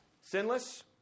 Sinless